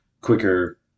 quicker